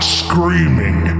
screaming